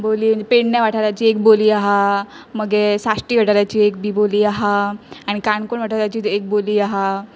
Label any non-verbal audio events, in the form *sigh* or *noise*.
बोली *unintelligible* पेडण्या वाठाराची एक बोली आहा मगे साश्टी वाठाराची एक बी बोली आहा आनी काणकोण वाठाराची एक बोली आहा